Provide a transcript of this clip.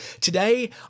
today